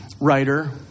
writer